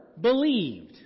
believed